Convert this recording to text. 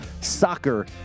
soccer